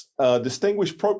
Distinguished